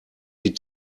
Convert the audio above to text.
die